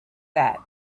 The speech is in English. that